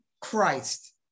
Christ